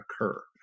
occur